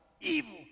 evil